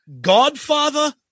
Godfather